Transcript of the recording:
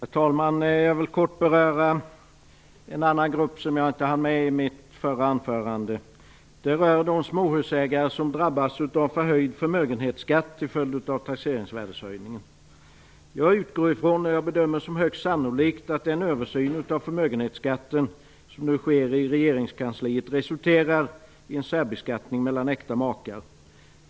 Herr talman! Jag vill kort beröra en grupp som jag inte hann med i mitt förra anförande, nämligen de småhusägare som drabbas av förhöjd förmögenhetsskatt till följd av taxeringsvärdeshöjningen. Jag utgår ifrån, och jag bedömer som högst sannolikt, att den översyn av förmögenhetsskatten som nu sker i regeringskansliet resulterar i en särbeskattning mellan äkta makar.